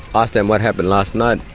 ask them what happened last night.